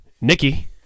Nikki